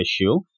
issue